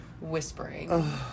whispering